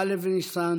א' בניסן